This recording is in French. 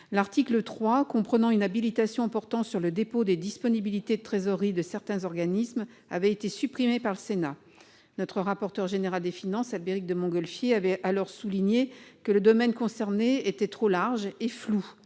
L'article 3, qui prévoit une habilitation portant sur le dépôt des disponibilités de trésorerie de certains organismes, avait été supprimé par le Sénat. Le rapporteur général de la commission des finances, Albéric de Montgolfier, avait en effet souligné que le domaine concerné était trop large et flou.